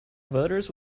voters